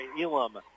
Elam